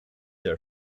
are